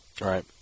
Right